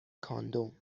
کاندوم